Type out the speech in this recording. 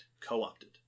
Co-opted